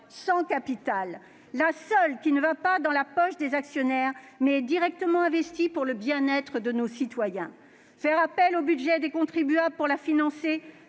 sans capital. La seule qui ne va pas dans la poche des actionnaires mais est directement investie pour le bien-être de nos citoyens. Faire appel au budget des contribuables pour la financer